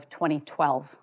2012